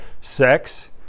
sex